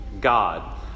God